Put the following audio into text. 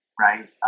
right